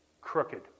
crooked